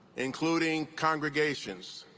including congregations,